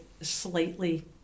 slightly